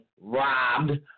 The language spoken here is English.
robbed